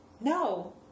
No